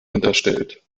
unterstellt